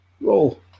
Roll